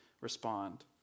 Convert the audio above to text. respond